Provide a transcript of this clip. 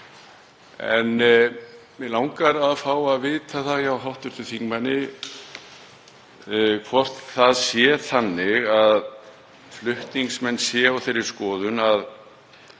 En mig langar að fá að vita það hjá hv. þingmanni hvort það sé þannig að flutningsmenn séu á þeirri skoðun að